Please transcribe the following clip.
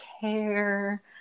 care